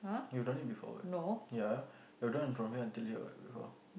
you don't need be forward ya you done from here until here what before